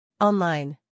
Online